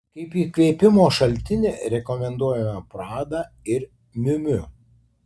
kaip įkvėpimo šaltinį rekomenduojame prada ir miu miu